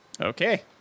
Okay